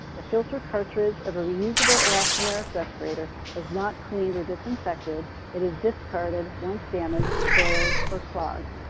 the filter cartridge of a reusable elastomeric respirator is not cleaned or disinfected. it is discarded once damaged, soiled, or clogged.